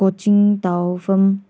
coaching ꯇꯧꯐꯝ